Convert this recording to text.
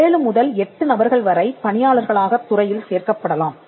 ஏழு முதல் எட்டு நபர்கள் வரைப் பணியாளர்களாகத் துறையில் சேர்க்கப்படலாம்